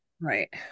Right